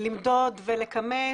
למדוד ולכמת